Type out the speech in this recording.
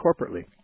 corporately